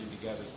together